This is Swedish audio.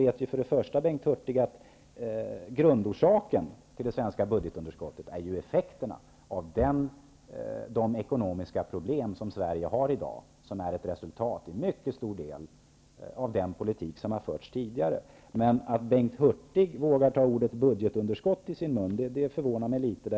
Men Bengt Hurtig vet ju att grundorsaken till det svenska budgetunderskottet är de ekonomiska problem som Sverige har i dag och som till mycket stor del är ett resultat av den politik som har förts tidigare. Att Bengt Hurtig vågar ta ordet budgetunderskott i sin mun förvånar mig litet.